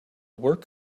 work